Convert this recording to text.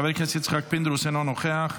חבר הכנסת יצחק פינדרוס, אינו נוכח,